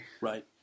Right